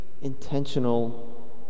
intentional